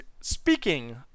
speaking